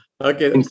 Okay